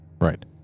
Right